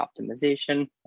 optimization